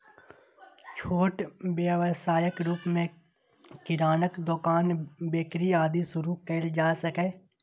छोट व्यवसायक रूप मे किरानाक दोकान, बेकरी, आदि शुरू कैल जा सकैए